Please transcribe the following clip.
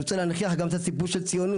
אני רוצה להנכיח גם את הסיפור של ציונות,